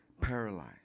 paralyzed